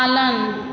पालन